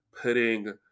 putting